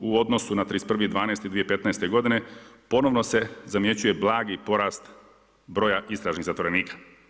U odnosu na 31.12.2015. godine ponovno se zamjećuje blagi porast broja istražnih zatvorenika.